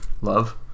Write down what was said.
love